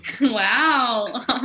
Wow